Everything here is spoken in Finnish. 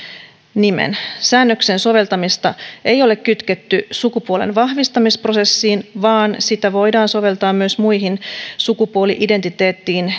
nimen säännöksen soveltamista ei ole kytketty sukupuolen vahvistamisprosessiin vaan sitä voidaan soveltaa myös muihin sukupuoli identiteettiin